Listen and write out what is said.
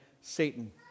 Satan